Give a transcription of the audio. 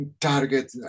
target